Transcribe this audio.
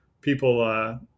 people